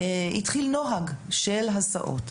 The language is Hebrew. הוא שהתחיל נוהג של הסעות.